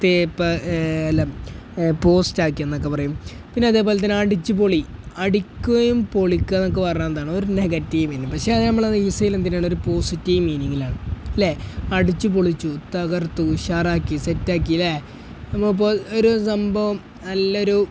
തേപ്പ് അല്ല പോസ്റ്റാക്കിയെന്നൊക്കെ പറയും പിന്നെ അതേപോലെ തന്നെ അടിച്ചുപൊളി അടിക്കുകയും പൊളിക്കുകയും എന്നൊക്കെ പറഞ്ഞാലെന്താണ് ഒരു നെഗറ്റീവ് മീനിങ് പക്ഷേ അത് നമ്മള് യൂസ് ചെയ്യുന്നത് എന്തിനാണ് ഒരു പോസിറ്റീവ് മീനിങ്ങിലാണ് അല്ലേ അടിച്ചുപൊളിച്ചു തകർത്തു ഉഷറാക്കി സെറ്റാക്കി അല്ലേ നമ്മളപ്പോള് ഒരു സംഭവം നല്ലയൊരു